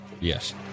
Yes